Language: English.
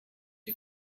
who